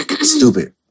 Stupid